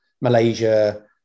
Malaysia